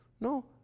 No